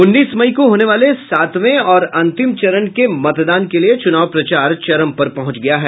उन्नीस मई को होने वाले सातवें और अंतिम चरण के मतदान के लिए चुनाव प्रचार चरम पर पहुंच गया है